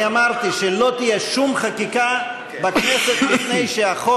אני אמרתי שלא תהיה שום חקיקה בכנסת לפני שהחוק